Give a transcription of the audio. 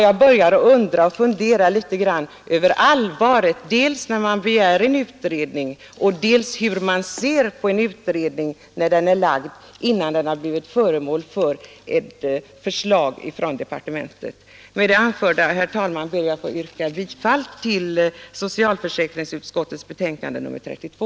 Jag börjar faktiskt fundera litet grand över allvaret dels när man begär en utredning, dels när man ser på en utredning vars betänkande ännu inte har resulterat i ett förslag från departementet. Med det anförda ber jag, herr talman, att få yrka bifall till socialförsäkringsutskottets hemställan i betänkandet nr 32.